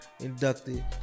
inducted